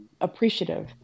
appreciative